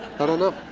i don't know.